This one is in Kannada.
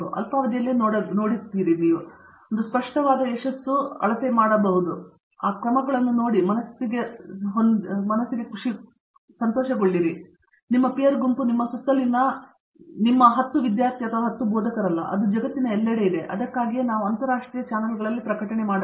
ಅಲ್ಪಾವಧಿಯಲ್ಲಿಯೇ ನಾವು ನೋಡುತ್ತೇವೆ ಇದು ಒಂದು ಸ್ಪಷ್ಟವಾದ ಯಶಸ್ಸಿನ ಅಳತೆಯಾಗಿದೆ ಆ ಕ್ರಮಗಳನ್ನು ನೋಡಿ ಮತ್ತು ಮನಸ್ಸಿಗೆ ನೋಡಿದರೆ ನಿಮ್ಮ ಪೀರ್ ಗುಂಪು ನಿಮ್ಮ ಸುತ್ತಲಿನ ನಿಮ್ಮ 10 ವಿದ್ಯಾರ್ಥಿಗಳಲ್ಲ ಅದು ಜಗತ್ತಿನ ಎಲ್ಲೆಡೆ ಇದೆ ಅದಕ್ಕಾಗಿಯೇ ನಾವು ಅಂತಾರಾಷ್ಟ್ರೀಯ ಚಾನಲ್ಗಳಲ್ಲಿ ಪ್ರಕಟಿಸುತ್ತೇವೆ